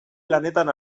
lanetan